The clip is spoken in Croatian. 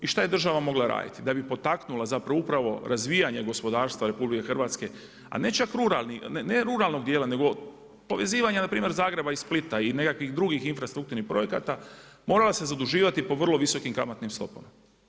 I što je država mogla raditi da bi potaknuti zapravo upravo razvijanje gospodarstva RH, a ne čak ruralnog dijela, nego povezivanje npr. Zagreba i Splita i nekakvih drugih infrastrukturnih projekata, morala se zaduživati po vrlo visokim kamatnim stopama.